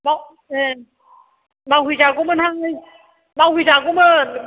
माव ओं मावहैजागौमोनहाय मावहैजागौमोन